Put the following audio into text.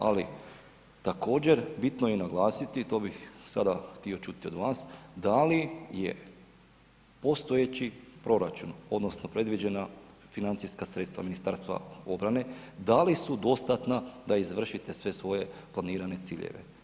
Ali, također, bitno je naglasiti, to bih sada htio čuti od vas, da li je postojeći proračun odnosno predviđena financijska sredstva MORH-a, da li su dostatna da izvršite sve svoje planirane ciljeve?